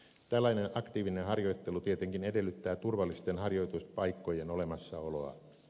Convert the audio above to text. tällainen aktiivinen harjoittelu tietenkin edellyttää turvallisten harjoituspaikkojen olemassaoloa